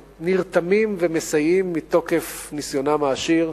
ונרתמים ומסייעים מתוקף ניסיונם העשיר.